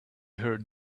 heard